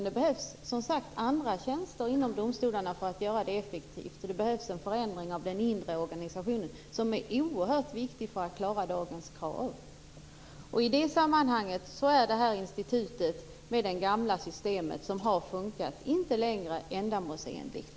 Det behövs andra tjänster inom domstolarna för att göra det effektivt. Det behövs en förändring av den inre organisationen, som är oerhört viktig för att man skall klara dagens krav. I det sammanhanget är det här institutet med det gamla systemet, som har fungerat, inte längre ändamålsenligt.